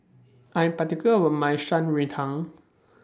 I Am particular about My Shan Rui Tang